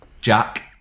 Jack